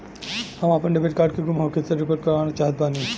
हम आपन debit card के गुम होखे के रिपोर्ट करवाना चाहत बानी